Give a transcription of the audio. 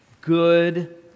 good